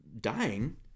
dying